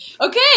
okay